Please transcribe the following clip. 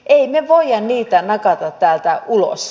emme me voi heitä nakata täältä ulos